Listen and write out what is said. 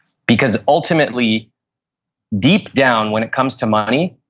because ultimately deep down when it comes to money,